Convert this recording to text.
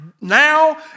now